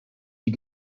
die